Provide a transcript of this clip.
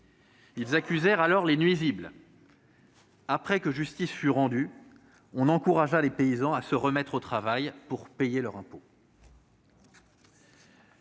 Ils accusèrent alors les nuisibles. Après que justice fut rendue, on encouragea les paysans à se remettre au travail pour payer leur impôt.